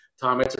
Tom